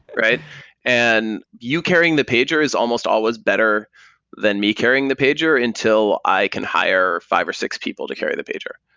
and you carrying the pager is almost always better than me carrying the pager until i can hire five or six people to carry the pager.